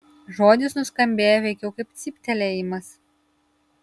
žodis nuskambėjo veikiau kaip cyptelėjimas